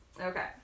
okay